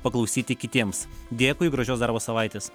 paklausyti kitiems dėkui gražios darbo savaitės